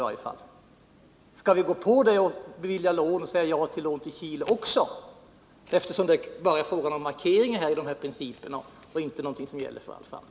Skall vi gå på det och säga ja till lån till Chile också, eftersom det bara är fråga om markeringar i de här principerna och inte någonting som gäller för all framtid?